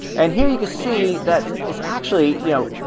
and here you could see that it's actually, you know,